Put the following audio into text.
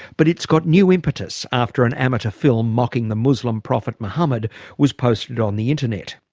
but it's got new impetus after an amateur film mocking the muslim prophet muhammad was posted on the internet.